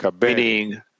meaning